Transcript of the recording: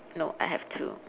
no I have two